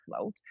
float